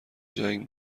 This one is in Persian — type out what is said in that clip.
جنگ